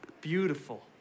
Beautiful